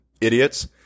idiots